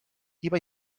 iva